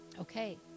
Okay